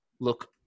look